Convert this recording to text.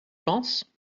penses